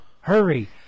hurry